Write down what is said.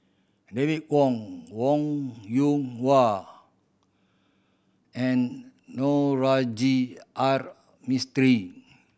David Kwo Wong Yoon Wah and Navroji R Mistri